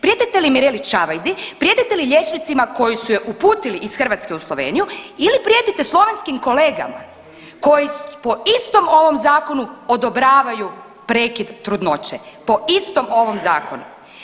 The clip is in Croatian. Prijetite li Mireli Čavajdi, prijetite li liječnicima koji su je uputile iz Hrvatske u Sloveniju ili prijetite slovenskim kolegama koji po istom ovom Zakonu odobravaju prekid trudnoće, po istom ovom Zakonu?